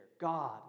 God